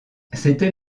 c’était